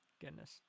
Goodness